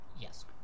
Yes